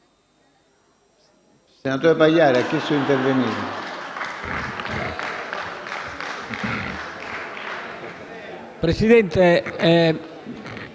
Presidente,